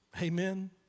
Amen